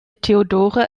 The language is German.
theodora